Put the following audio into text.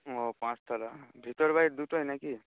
ও পাঁচতলা ভিতরে বাইরে দুটোই নাকি